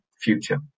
future